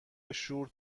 شور